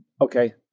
Okay